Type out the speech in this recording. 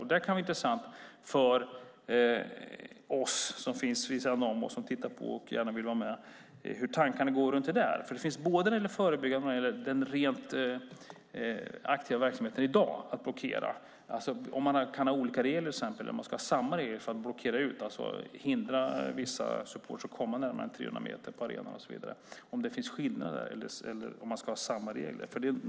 Där kan det vara intressant för oss som finns vid sidan om, som tittar på och gärna vill vara med, att få höra hur tankarna går runt detta. Här gäller det både den förebyggande och den rent aktiva verksamheten att blockera. Kan man till exempel ha olika regler eller ska man ha samma regler för att blockera ut, alltså hindra vissa supportrar att komma närmare än 300 meter från arenorna och så vidare? Ska det vara skillnader eller ska man ha samma regler?